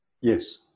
Yes